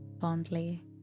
fondly